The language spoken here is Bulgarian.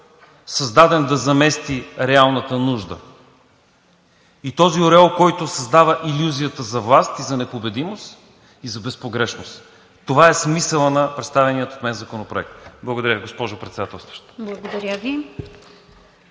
създаден да замести реалната нужда. Този ореол, който създава илюзията за власт, за непобедимост и за безпогрешност. Това е смисълът на представения от мен Законопроект. Благодаря Ви, госпожо Председателстващ.